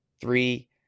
three